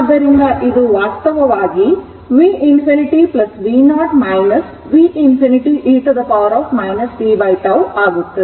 ಆದ್ದರಿಂದ ಇದು ವಾಸ್ತವವಾಗಿ v infinity v0 v infinity e t tτ ಆಗುತ್ತದೆ